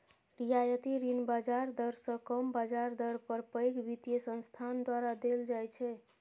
रियायती ऋण बाजार दर सं कम ब्याज दर पर पैघ वित्तीय संस्थान द्वारा देल जाइ छै